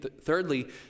Thirdly